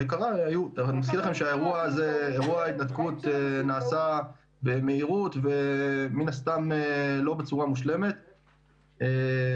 לנו ברור ואני מבין כרשות ואני חושב שגם המדינה צריכה להבין את זה,